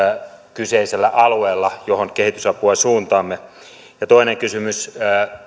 kyseisellä alueella johon kehitysapua suuntaamme ja toinen kysymys